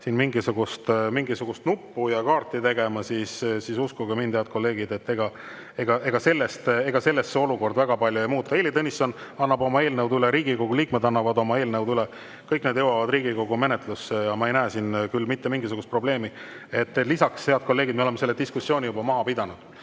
veel mingisugust nuppu ja kaarti tegema, siis uskuge mind, head kolleegid, ega sellest see olukord väga palju ei muutu: Heili Tõnisson annab eelnõud üle, Riigikogu liikmed annavad oma eelnõud üle ja kõik need jõuavad Riigikogu menetlusse. Ma ei näe siin küll mitte mingisugust probleemi. Lisaks, head kolleegid, me oleme selle diskussiooni juba ära pidanud.